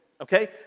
okay